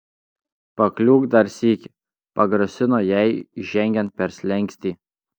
pakliūk dar sykį pagrasino jai žengiant per slenkstį